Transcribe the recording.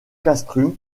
castrum